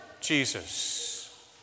Jesus